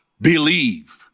believe